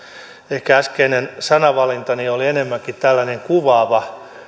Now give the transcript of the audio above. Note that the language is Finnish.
ehkä äskeinen sanavalintani oli enemmänkin tällainen kuvaava